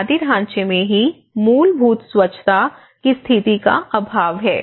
बुनियादी ढांचे में ही मूलभूत स्वच्छता की स्थिति का अभाव है